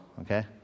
Okay